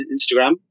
Instagram